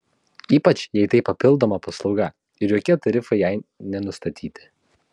ypač jei tai papildoma paslauga ir jokie tarifai jai nesustatyti